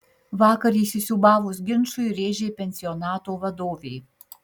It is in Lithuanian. vakar įsisiūbavus ginčui rėžė pensionato vadovė